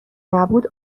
نبود